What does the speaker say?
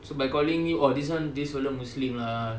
so by calling it oh like one this fellow muslim lah